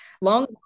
Long